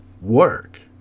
work